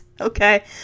Okay